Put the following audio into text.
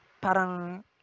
parang